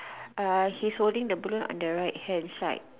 uh he's holding the balloon on the right hand side